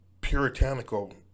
puritanical